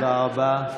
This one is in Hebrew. תודה רבה.